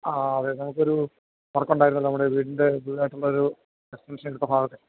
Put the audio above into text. ആ അതെ നമുക്ക് ഒരു വര്ക്കൊണ്ടായിരുന്നല്ലോ നമ്മുടെ വീടിന്റെ പുതുതായിട്ടുള്ളൊരു എസ്റ്റെന്ഷനെടുത്ത ഭാഗത്തെ